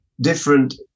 different